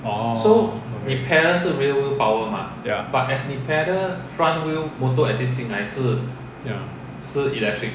orh ya ya